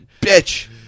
Bitch